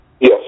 Yes